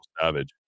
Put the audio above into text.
Savage